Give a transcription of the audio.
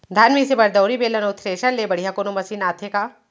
धान मिसे बर दंवरि, बेलन अऊ थ्रेसर ले बढ़िया कोनो मशीन आथे का?